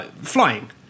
flying